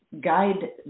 guide